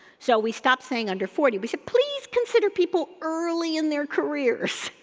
so, we stopped saying under forty. we said please consider people early in their careers.